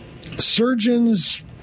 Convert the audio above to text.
Surgeons